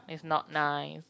is not nice